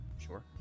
Sure